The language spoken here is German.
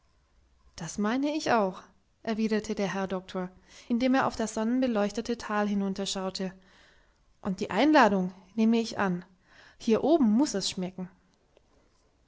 das meine ich auch erwiderte der herr doktor indem er auf das sonnenbeleuchtete tal hinunterschaute und die einladung nehme ich an hier oben muß es schmecken